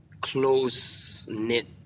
close-knit